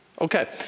Okay